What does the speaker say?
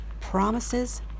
promises